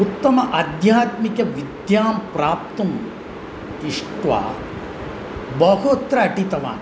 उत्तम आध्यात्मिकविद्यां प्राप्तुं तिष्ठा बहुत्र अटितवान्